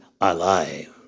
alive